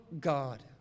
God